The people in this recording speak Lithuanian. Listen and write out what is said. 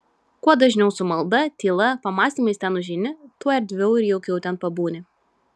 kuo dažniau su malda tyla pamąstymais ten užeini tuo erdviau ir jaukiau ten pabūni